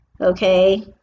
okay